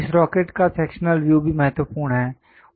इस रॉकेट का sectional view भी महत्वपूर्ण है